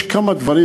יש כמה דברים.